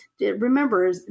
remember